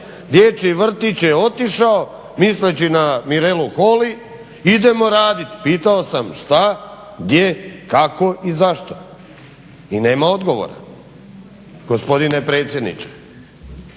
dječji vrtić je otišao misleći na Mirelu Holy, idemo raditi. Pitao sam, šta, gdje, kako i zašto? I nema odgovora gospodine predsjedniče.